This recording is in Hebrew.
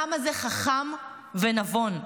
העם הזה חכם ונבון,